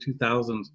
2000s